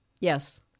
Yes